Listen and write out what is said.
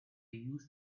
used